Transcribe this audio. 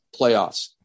playoffs